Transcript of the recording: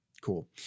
Cool